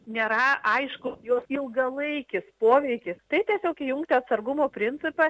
nėra aišku jog ilgalaikis poveikis tai tiesiog įjungti atsargumo principą